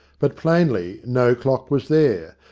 but plainly no clock was there,